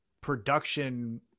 production